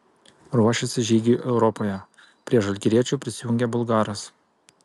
ruošiasi žygiui europoje prie žalgiriečių prisijungė bulgaras